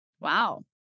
Wow